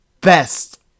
best